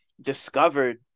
discovered